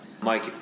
Mike